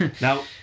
Now